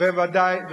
וזה גם הלבנת הון.